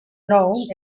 known